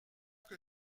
que